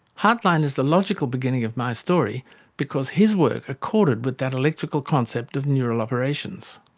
hartline is the logical beginning of my story because his work accorded with that electrical concept of neural operations.